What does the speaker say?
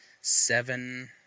seven